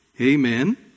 Amen